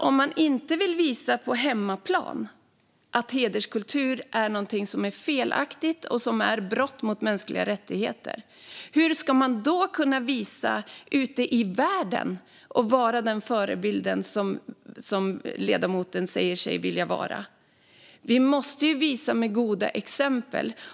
Om man inte på hemmaplan vill visa att hederskultur är något som är fel och utgör ett brott mot mänskliga rättigheter, hur ska man då kunna visa det ute i världen och vara den förebild som ledamoten säger sig vilja vara? Vi måste ju visa med goda exempel.